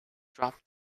drop